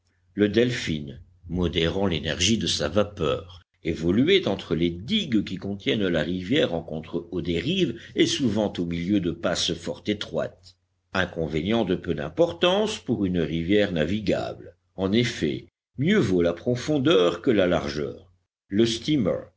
le delphin modérant l'énergie de sa vapeur évoluait entre les digues qui contiennent la rivière en contre haut des rives et souvent au milieu de passes fort étroites inconvénient de peu d'importance pour une rivière navigable en effet mieux vaut la profondeur que la largeur le steamer